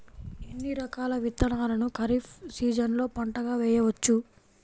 ఎన్ని రకాల విత్తనాలను ఖరీఫ్ సీజన్లో పంటగా వేయచ్చు?